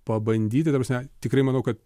pabandyti ta prasme tikrai manau kad